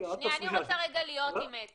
כן, אבל אמרתם שלא כולם מוכנים לקבל